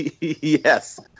Yes